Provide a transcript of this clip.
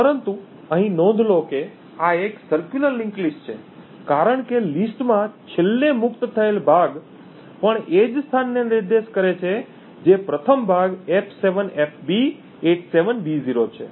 પરંતુ અહીં નોંધ લો કે આ એક સરક્યુલર લિંક્ડ લિસ્ટ છે કારણ કે લિસ્ટમાં છેલ્લે મુક્ત થયેલ ભાગ પણ એ જ સ્થાનને નિર્દેશ કરે છે જે પ્રથમ ભાગ f7fb87b0 છે